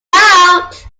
out